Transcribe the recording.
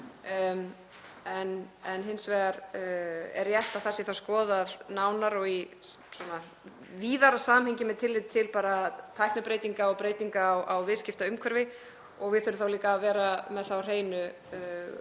En hins vegar er rétt að það sé þá skoðað nánar og í víðara samhengi með tilliti til tæknibreytinga og breytinga á viðskiptaumhverfi. Við þurfum þá líka að vera með það á hreinu